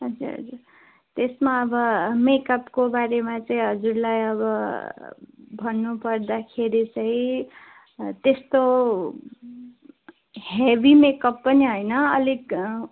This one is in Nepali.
हजुर हजुर त्यसमा अब मेकअपको बारेमा चाहिँ हजुरलाई अब भन्नु पर्दाखेरि चाहिँ त्यस्तो हेभी मेकअप पनि होइन अलिक